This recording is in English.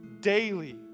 daily